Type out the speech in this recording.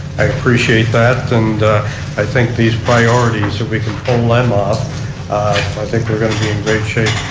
i appreciate that. and i think these priority that we can pull them off i think we're going to be in great shape.